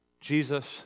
Jesus